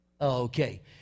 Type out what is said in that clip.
Okay